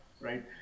right